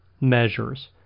measures